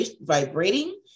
vibrating